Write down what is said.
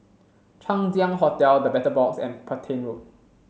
Chang Ziang Hotel The Battle Box and Petain Road